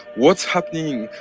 what's happening?